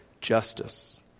justice